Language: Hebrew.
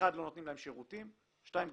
אחד, לא נותנים להם שירותים.